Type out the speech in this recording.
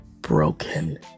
broken